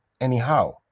anyhow